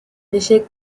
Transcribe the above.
échec